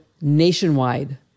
nationwide